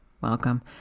welcome